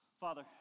Father